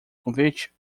convite